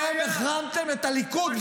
אתם גם החרמתם את הליכוד.